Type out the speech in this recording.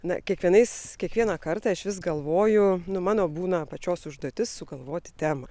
na kiekvienais kiekvieną kartą aš vis galvoju nu mano būna pačios užduotis sugalvoti temą